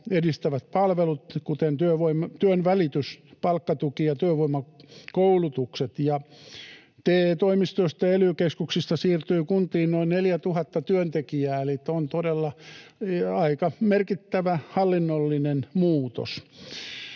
edistävät palvelut, kuten työnvälitys, palkkatuki ja työvoimakoulutukset, ja TE-toimistoista ja ely-keskuksista siirtyy kuntiin noin 4 000 työntekijää, eli tämä on todella aika merkittävä hallinnollinen muutos.